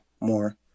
more